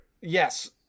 Yes